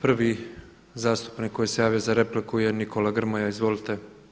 Prvi zastupnik koji se javio za repliku je Nikola Grmoja, izvolite.